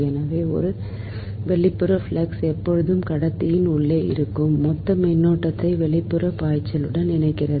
எனவே ஒரு வெளிப்புற ஃப்ளக்ஸ் எப்பொழுதும் கடத்தியின் உள்ளே இருக்கும் மொத்த மின்னோட்டத்தை வெளிப்புறப் பாய்ச்சலுடன் இணைக்கிறது